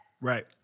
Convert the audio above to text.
Right